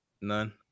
None